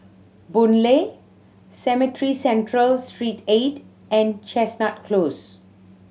Boon Lay Cemetry Central Street Eight and Chestnut Close